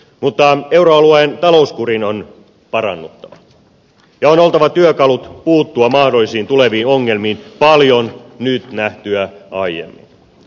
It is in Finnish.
mutta euroalueen talouskurin on parannuttava ja on oltava työkalut puuttua mahdollisiin tuleviin ongelmiin paljon nyt nähtyä aiemmin